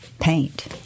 paint